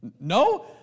No